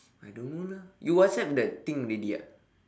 I don't know lah you whatsapp that thing already ah